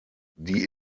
die